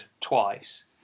twice